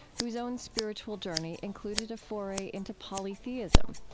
whose own spiritual journey included a foray into polytheism.